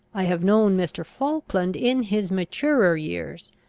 i have known mr. falkland in his maturer years,